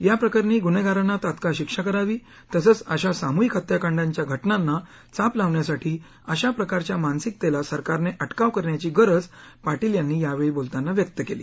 याप्रकरणी गुन्हेगारांना तात्काळ शिक्षा करावी तसंच अशा सामूहिक हत्याकांडाच्या घटनांना चाप लावण्यासाठी अशा प्रकारच्या मानसिकतेला सरकारने अटकाव करण्याची गरज पाटील यांनी यावेळी बोलताना व्यक्त केली